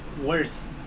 worse